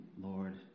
Lord